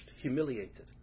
humiliated